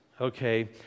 okay